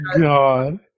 God